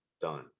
done